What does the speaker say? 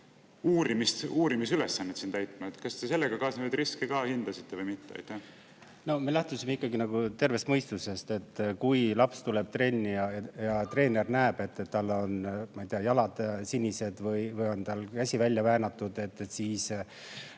sellist uurimisülesannet täitma. Kas te sellega kaasnevaid riske ka hindasite või mitte? Me lähtusime ikkagi tervest mõistusest. Kui laps tuleb trenni ja treener näeb, et tal on jalad sinised või käsi välja väänatud, siis